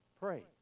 Pray